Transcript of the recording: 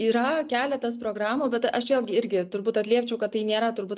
yra keletas programų bet aš vėlgi irgi turbūt atliepčiau kad tai nėra turbūt